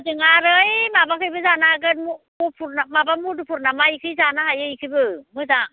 ओजों आरो है माबाखैबो जानो हागोन गहपुर माबा मुदुफुर नामा इखो जानो हायो इखोबो मोजां